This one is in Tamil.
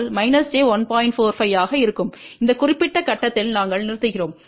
45 ஆக இருக்கும் இந்த குறிப்பிட்ட கட்டத்தில் நாங்கள் நிறுத்துகிறோம்